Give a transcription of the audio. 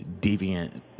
deviant